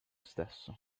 stesso